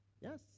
Yes